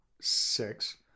six